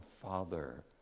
father